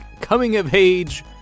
coming-of-age